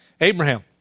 Abraham